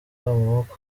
umwuka